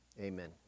Amen